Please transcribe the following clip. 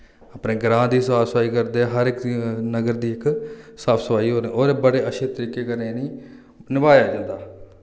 अपने ग्रां दी साफ सफाई करदे हर इक नगर दी इक साफ सफाई और बड़े अच्छे तरीके कन्नै इनें ई नभाया जन्दा